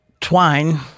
twine